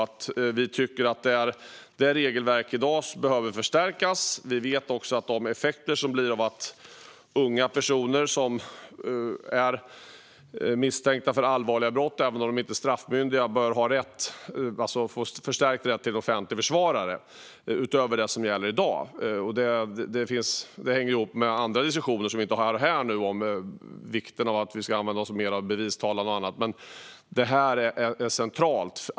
Det regelverk som finns i dag behöver förstärkas. Unga personer som misstänks för allvarliga brott bör få förstärkt rätt till offentlig försvarare utöver det som gäller i dag, även om de inte är straffmyndiga. Det hänger ihop med andra diskussioner, som vi inte ska ha här nu, om vikten av att använda sig mer av bevistalan och annat. Men det här är centralt.